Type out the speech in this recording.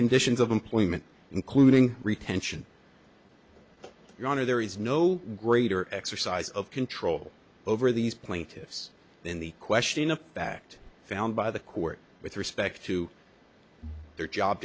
conditions of employment including retention your honor there is no greater exercise of control over these plaintiffs in the question of fact found by the court with respect to their job